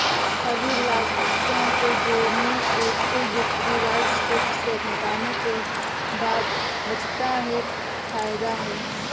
सभी लागतों को जोड़ने और कुल बिक्री राजस्व से घटाने के बाद बचता है फायदा है